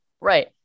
Right